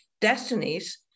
destinies